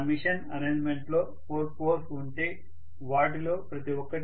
నా machine arrangement లో 4 poles ఉంటే వాటిలో ప్రతి ఒక్కటి Ia4 గా ఉంటాయి